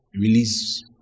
release